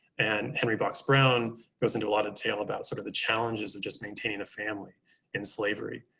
and henry box brown goes into a lot of detail about sort of the challenges of just maintaining a family in slavery.